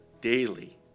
daily